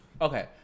okay